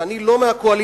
ואני לא מהקואליציה,